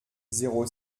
zéro